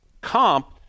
Comp